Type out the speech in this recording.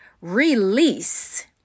Release